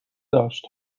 داشت